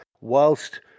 whilst